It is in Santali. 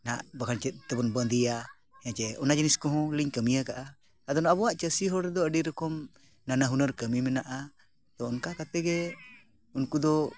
ᱱᱟᱦᱟᱸᱜ ᱵᱟᱠᱷᱟᱱ ᱪᱮᱫ ᱛᱮᱵᱚᱱ ᱵᱟᱺᱫᱤᱭᱟ ᱦᱮᱸᱥᱮ ᱚᱱᱟ ᱡᱤᱱᱤᱥ ᱠᱚᱦᱚᱸ ᱞᱤᱧ ᱠᱟᱹᱢᱤᱭᱟᱠᱟᱫᱼᱟ ᱟᱫᱚ ᱟᱵᱚᱣᱟᱜ ᱪᱟᱹᱥᱤ ᱦᱚᱲ ᱫᱚ ᱟᱹᱰᱤ ᱨᱚᱠᱚᱢ ᱱᱟᱱᱟ ᱦᱩᱱᱟᱹᱨ ᱠᱟᱹᱢᱤ ᱢᱮᱱᱟᱜᱼᱟ ᱛᱚ ᱚᱱᱠᱟ ᱠᱟᱛᱮ ᱜᱮ ᱩᱱᱠᱩ ᱫᱚ